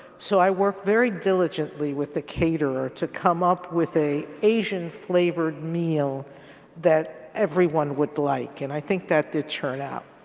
so i worked very diligently with the caterer to come up with an asian flavored meal that everyone would like, and i think that did turn out.